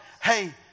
hey